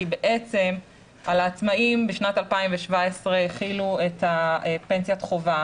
כי בעצם על העצמאים בשנת 2017 החילו את פנסיית החובה